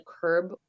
curb